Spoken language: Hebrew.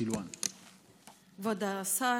כבוד השר,